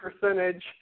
percentage